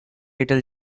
little